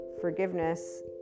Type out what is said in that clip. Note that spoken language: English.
forgiveness